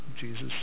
Jesus